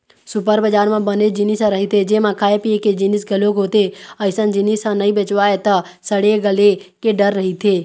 super बजार म बनेच जिनिस ह रहिथे जेमा खाए पिए के जिनिस घलोक होथे, अइसन जिनिस ह नइ बेचावय त सड़े गले के डर रहिथे